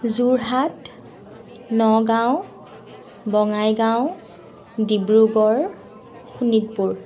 Jorhat Nagaon Bongaigaon Dibrugarh Sonitpur